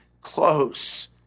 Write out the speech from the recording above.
close